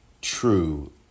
true